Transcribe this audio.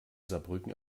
saarbrücken